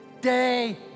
Day